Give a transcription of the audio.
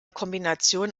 kombination